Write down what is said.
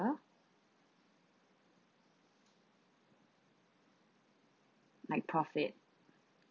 like profit